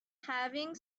having